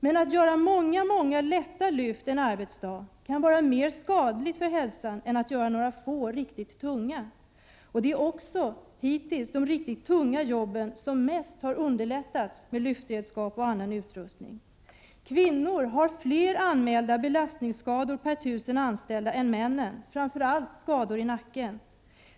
Men att göra många, många lätta lyft en arbetsdag kan vara mer skadligt för hälsan än att göra några få riktigt tunga. Det är hittills också de riktigt tunga jobben som mest har underlättats med lyftredskap och annan utrustning. Kvinnor har fler anmälda belastningsskador per tusen anställda än män, framför allt skador i nacken.